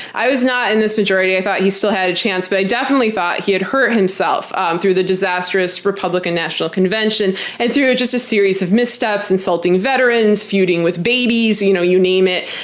i was not in this majority. i thought he still had a chance, but i definitely thought he had hurt himself um through the disastrous republican national convention, and through just a series of missteps, insulting veterans, feuding with babies, you know you name it.